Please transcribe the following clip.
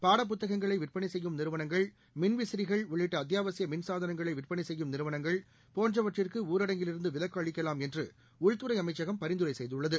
பாடப்புத்தகங்களைவிற்பனைசெய்யும்நிறுவனங்கள் மின்விசிறிகள்உள்ளிட்டஅத்தியாவசியமின்சாதனங்களைவிற்பனைசெய்யும்நிறுவ னங்கள்போன்றவற்றுக்கு ஊரடங்கில்இருந்துவிலக்குஅளிக்கலாம்என்றுஉள்துறை அமைச்சகம்பரிந்துரைசெய்துள்ளது